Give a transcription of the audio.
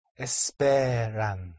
esperan